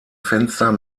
fenster